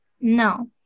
No